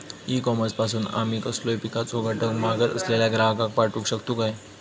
E commerce पासून आमी कसलोय पिकाचो घटक मागत असलेल्या ग्राहकाक पाठउक शकतू काय?